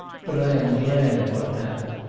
but i am glad of what happened.